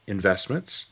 Investments